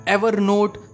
Evernote